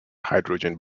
hydrogen